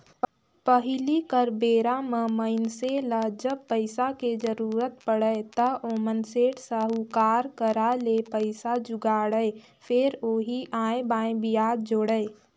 पहिली कर बेरा म मइनसे ल जब पइसा के जरुरत पड़य त ओमन सेठ, साहूकार करा ले पइसा जुगाड़य, फेर ओही आंए बांए बियाज जोड़य